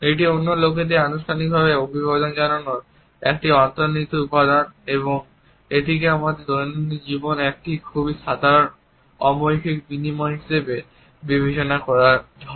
এটি অন্য লোকেদের আনুষ্ঠানিকভাবে অভিবাদন জানানোর একটি অন্তর্নিহিত উপাদান এবং এটিকে আমাদের দৈনন্দিন জীবনে একটি খুব সাধারণ অমৌখিক বিনিময় হিসাবে বিবেচনা করা হয়